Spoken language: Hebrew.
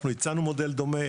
אנחנו הצענו מודל דומה.